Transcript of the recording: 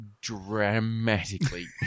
dramatically